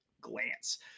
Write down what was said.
glance